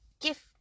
gift